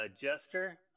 Jester